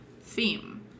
theme